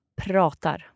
Pratar